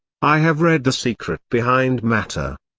i have read the secret behind matter.